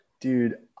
Dude